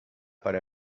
para